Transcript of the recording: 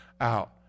out